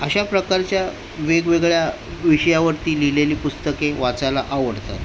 अशा प्रकारच्या वेगवेगळ्या विषयावरती लिहिलेली पुस्तके वाचायला आवडतात